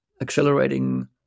accelerating